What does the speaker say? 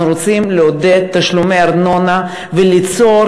אנחנו רוצים לעודד תשלומי ארנונה וליצור